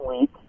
week